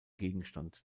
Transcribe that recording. gegenstand